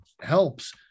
helps